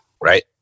right